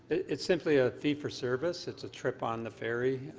it's simply a fee for service. it's a trip on the ferry.